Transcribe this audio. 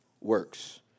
Works